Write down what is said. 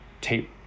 tape